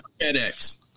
FedEx